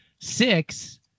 six